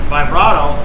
Vibrato